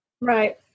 Right